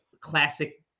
classic